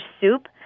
soup